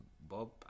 Bob